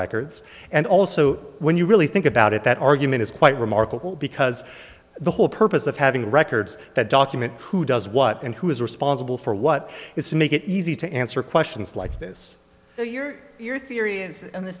records and also when you really think about it that argument is quite remarkable because the whole purpose of having records that document who does what and who is responsible for what is to make it easy to answer questions like this your your theory is in the